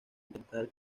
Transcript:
intentar